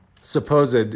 supposed